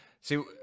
See